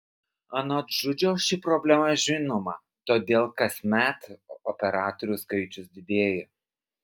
anot žudžio ši problema žinoma todėl kasmet operatorių skaičius didėja